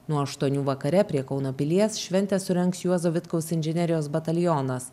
nuo aštuonių vakare prie kauno pilies šventę surengs juozo vitkaus inžinerijos batalionas